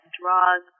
draws